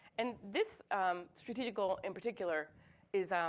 and this strategic goal in particular is, um